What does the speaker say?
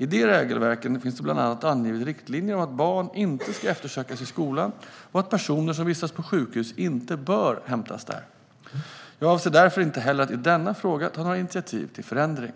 I de regelverken finns det bland annat angivet riktlinjer om att barn inte ska eftersökas i skolan och att personer som vistas på sjukhus inte bör hämtas där. Jag avser därför inte heller att i denna fråga ta några initiativ till förändring.